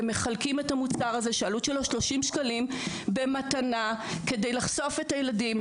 ומחלקים את המוצר הזה שהעלות שלו 30 שקלים במתנה כדי לחשוף את הילדים.